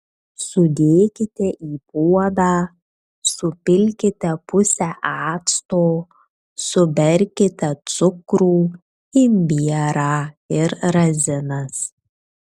sudėkite į puodą supilkite pusę acto suberkite cukrų imbierą ir razinas